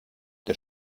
der